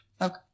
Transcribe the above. Okay